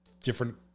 different